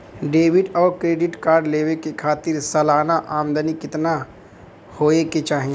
Debit और credit card लेवे के खातिर सलाना आमदनी कितना हो ये के चाही?